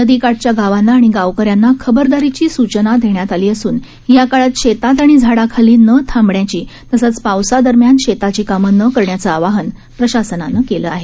नदीकाठच्या वांना आणि ावकऱ्यांना खबरदारीची सूचना देण्यात आली असून या काळात शेतात आणि झाडाखाली न थांबण्याची तसंच पावसादरम्यान शेताची कामं न करण्याचं आवाहन प्रशासनानं केलं आहे